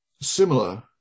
similar